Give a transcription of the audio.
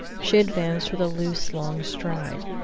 she advanced with a loose, long stride,